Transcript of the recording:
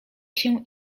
się